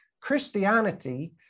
Christianity